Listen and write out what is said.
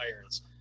irons